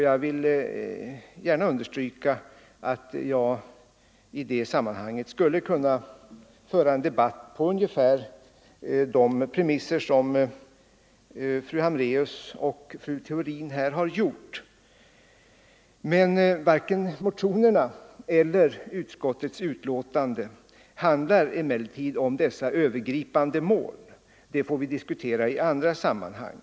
Jag vill gärna understryka att jag då skulle kunna 20 november 1974 föra en debatt på ungefär de premisser som fru Hambraeus och fru Theorin I dragit upp. Emellertid handlar varken motionerna eller utskottets be — Välfärdsmätningar tänkande om dessa övergripande mål. Dem får vi diskutera i andra sam = m.m. manhang.